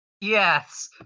Yes